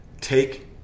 take